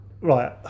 Right